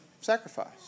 sacrifice